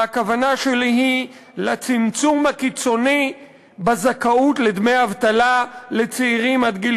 והכוונה שלי היא לצמצום הקיצוני בזכאות לדמי אבטלה לצעירים עד גיל